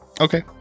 okay